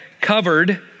covered